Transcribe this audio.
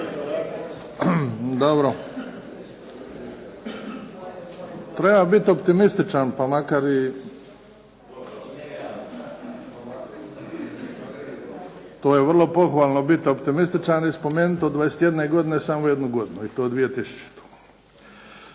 Dobro. Treba biti optimističan pa makar i, to je vrlo pohvalno biti optimističan i spomenuti od 21 godine samo jednu godinu i to 2000.